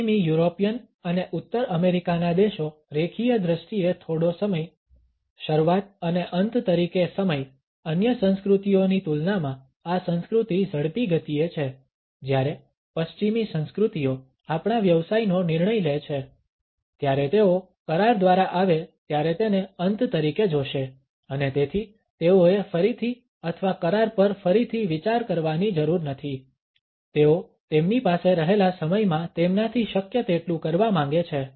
પશ્ચિમી યુરોપિયન અને ઉત્તર અમેરિકાના દેશો રેખીય દ્રષ્ટિએ થોડો સમય શરૂઆત અને અંત તરીકે સમય અન્ય સંસ્કૃતિઓની તુલનામાં આ સંસ્કૃતિ ઝડપી ગતિએ છે જ્યારે પશ્ચિમી સંસ્કૃતિઓ આપણા વ્યવસાયનો નિર્ણય લે છે ત્યારે તેઓ કરાર દ્વારા આવે ત્યારે તેને અંત તરીકે જોશે અને તેથી તેઓએ ફરીથી અથવા કરાર પર ફરીથી વિચાર કરવાની જરૂર નથી તેઓ તેમની પાસે રહેલા સમયમાં તેમનાથી શક્ય તેટલું કરવા માંગે છે